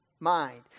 Mind